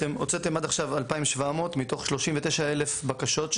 אתם הוצאתם עד עכשיו 2,700 מתוך 29 אלף בקשות?